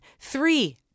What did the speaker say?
three